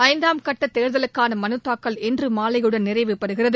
ஐந்தாம் கட்டதேர்தலுக்கானமனுதாக்கல் இன்றுமாலையுடன் நிறைவுப்பெறுகிறது